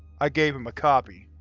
i gave him a copy.